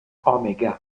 omega